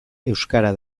euskara